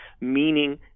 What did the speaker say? meaning